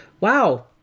wow